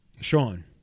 Sean